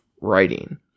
writing